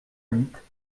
huit